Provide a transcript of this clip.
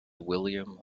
william